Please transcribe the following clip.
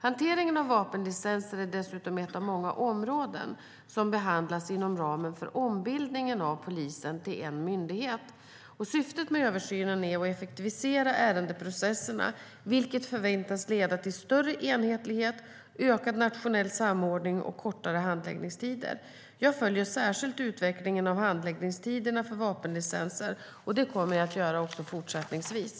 Hanteringen av vapenlicenser är dessutom ett av många områden som behandlas inom ramen för ombildningen av polisen till en myndighet. Syftet med översynen är att effektivisera ärendeprocesserna, vilket förväntas leda till större enhetlighet, ökad nationell samordning och kortare handläggningstider. Jag följer särskilt utvecklingen av handläggningstiderna för vapenlicenser, och det kommer jag att göra även fortsättningsvis.